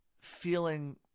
feeling